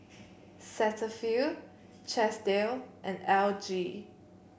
Cetaphil Chesdale and L G